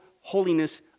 holiness